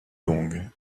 longue